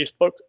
Facebook